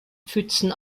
pfützen